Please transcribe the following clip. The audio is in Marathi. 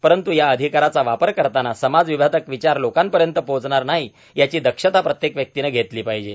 परंतू या अधिकाराचा वापर करतांना समाज विषातक विचार लोकापर्यंत पोहोचणार नाही याची दक्षता प्रत्येक व्यक्तीने षेतली पाहीजे